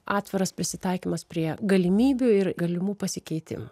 atviras prisitaikymas prie galimybių ir galimų pasikeitimų